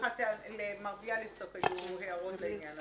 למר ביאליסטוק היו הערות לעניין הזה.